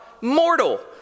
mortal